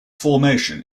formation